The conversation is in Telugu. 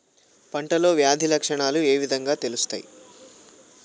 పంటలో వ్యాధి లక్షణాలు ఏ విధంగా తెలుస్తయి?